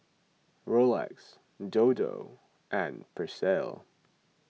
Rolex Dodo and Persil